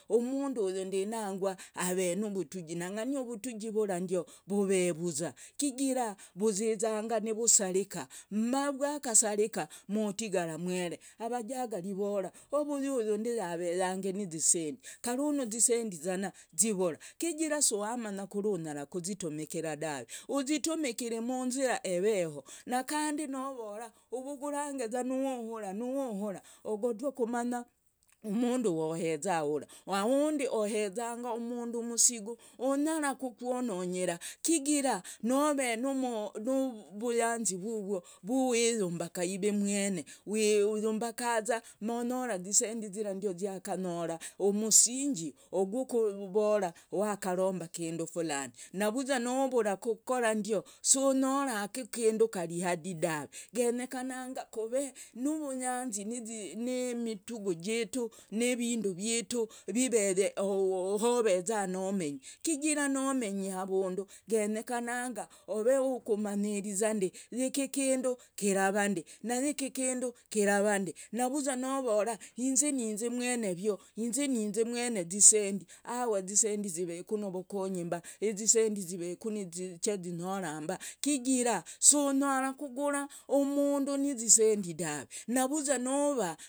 Umundu uyu ndo nangwa ave nuvutuji, nangani uvutuji vura ndio vove vuza kigira vuzizanga nivusarika, ma vwakasarika ma utigara umwere. Mavajaga rivora o vuyu uyu ndi yavezangi nizisendi karanu zisendi zivura. Kigira si wamanya kuri unyara kutumikira dave, uzitumikiri munzira eveho. Na kandi novora uvugurange nuhura. nuhura ogotwa kumanya mundu woheza hura, ahundi ohezanga mundu umusigo unyara kukwononyera. Kigira nove nuvuyanzi vuvwo vwiyumbaka ive umwene wiyumbakaza monyoraza zisendi zira ndio ziakanyora umusinji gwokovora wakaromba ikindu fulani. Navuza nuvura kokora ndio si unyora kindu kari hadi dave. Genyekananga love nuvuyanzi nimitugo kitu ni vindu viveye hoveza nomenyi. Kigira nomenyi havundu genyekana ove wukumanyiriza ndi yiki kindu kirava ndi, nayiki kindu kirava ndi. Navuza novora inze ninze mwene vyo, inze ninze mwene zisendi, awa zisendi ziveku novokonyi mba, zisendi ziveku ni chazinyora mba, kigira si unyara kugura umundu nizisendi dave. Navuza nuva.